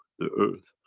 the earth,